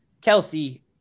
Kelsey